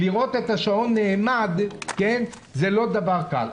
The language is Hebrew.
לראות את השעון נעמד זה לא דבר קל.